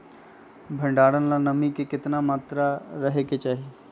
भंडारण ला नामी के केतना मात्रा राहेके चाही?